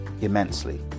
immensely